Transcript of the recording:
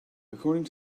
according